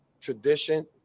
tradition